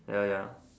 ya ya